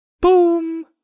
Boom